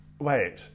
Wait